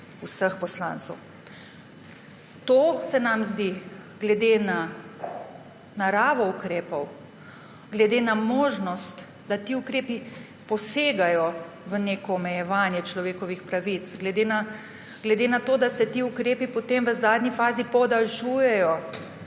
vseh poslancev. Glede na naravo ukrepov, glede na možnost, da ti ukrepi posegajo v neko omejevanje človekovih pravic, glede na to, da se ti ukrepi potem v zadnji fazi podaljšujejo